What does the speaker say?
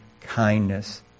kindness